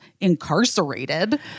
incarcerated